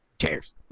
Cheers